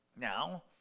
Now